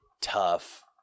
tough